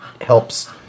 helps